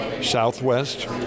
Southwest